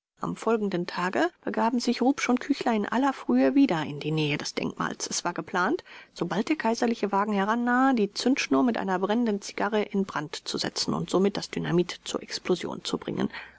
am folgenden tage begaben sich rupsch und küchler in aller frühe wieder in die nähe des denkmals es war geplant sobald der kaiserliche wagen herannahe die zündschnur mit einer brennenden zigarre in brand zu setzen und somit das dynamit zur explosion zu bringen